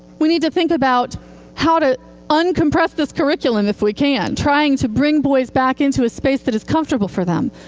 we need to think about how to uncompress this curriculum if we can, trying to bring boys back into a space that is comfortable for them.